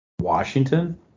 Washington